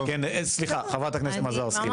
חברת הכנסת מזרסקי.